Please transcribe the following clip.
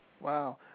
Wow